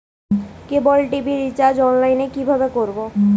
কেবল TV recharge online এ কিভাবে করব?